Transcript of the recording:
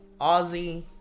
Aussie